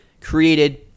created